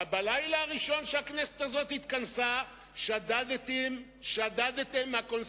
בלילה הראשון שהכנסת הזאת התכנסה שדדתם מהקונסטיטוציה